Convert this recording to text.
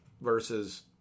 versus